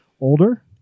older